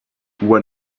when